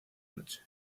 noche